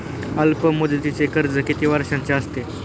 अल्पमुदतीचे कर्ज किती वर्षांचे असते?